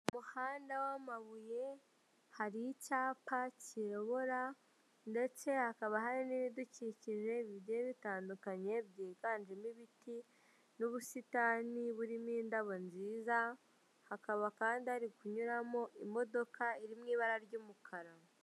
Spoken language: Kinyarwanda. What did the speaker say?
Abagabo babiri bari kuri gishe, uri inyuma wambaye ishati yumukara ameze nk'aho yabonye amafaranga ye, ari kuyabara kugira ngo arebe ko yuzuye. Uwambaye ishati y'umweru we ntabwo arayafata yose; hari ayo amajije gufata, andi aracyari kuri gishe.